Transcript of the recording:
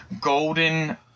golden